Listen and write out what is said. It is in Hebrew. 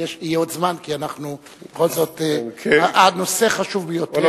יהיה עוד זמן, כי בכל זאת, הנושא חשוב ביותר.